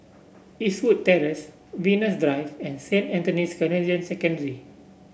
Eastwood Terrace Venus Drive and Saint Anthony's Canossian Secondary